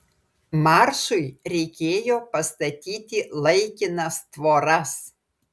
maršui reikėjo pastatyti laikinas tvoras